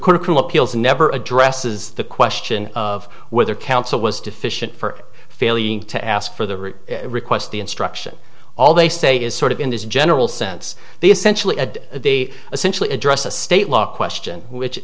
critical appeals never addresses the question of whether counsel was deficient for failing to ask for the root request the instruction all they say is sort of in this general sense the essentially a the essential address a state law question which